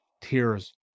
Tears